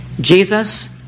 Jesus